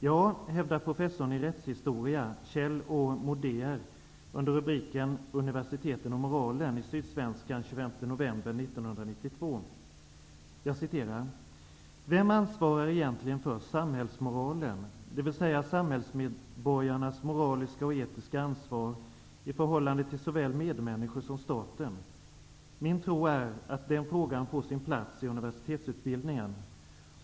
Ja, hävdar professorn i rättshistoria, Kjell Å Modéer, under rubriken Universiteten och moralen i Sydsvenskan den 25 november 1992. Han skriver: ''Vem ansvarar egentligen för samhällsmoralen, det vill säga samhällsmedborgarnas moraliska och etiska ansvar i förhållande till såväl medmänniskor som staten? Min tro är att den frågan får sin plats i universitetsutbildningen.